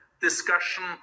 discussion